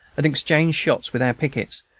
and exchanged shots with our pickets,